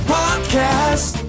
podcast